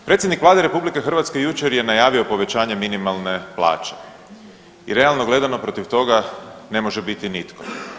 Predsjednik Vlade RH jučer je najavio povećanje minimalne plaće i realno gledano protiv toga ne može biti nitko.